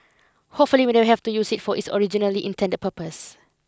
hopefully we never have to use it for its originally intended purpose